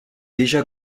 déjà